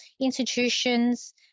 institutions